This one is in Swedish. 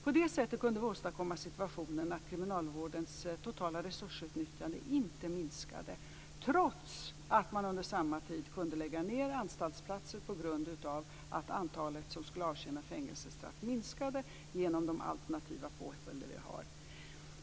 På det sättet kunde vi åstadkomma situationen att kriminalvårdens totala resursutnyttjande inte minskade, trots att man under samma tid kunde lägga ned anstaltsplatser på grund av att antalet personer som skulle avtjäna fängelsestraff minskade genom de alternativa påföljder vi har.